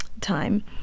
time